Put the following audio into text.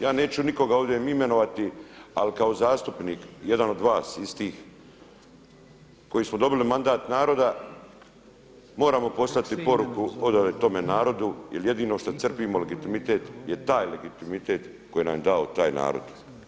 Ja neću nikoga ovdje imenovati ali kao zastupnik, jedan od vas istih koji smo dobili mandat naroda moram poslati poruke od ove tome narodu jer jedino što crpimo legitimitet je taj legitimitet koji nam je dao taj narod.